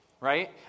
right